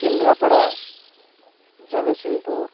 Kendrapara Jagatsinghpur